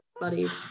buddies